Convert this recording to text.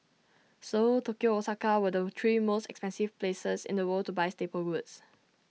Seoul Tokyo Osaka were the three most expensive places in the world to buy staple goods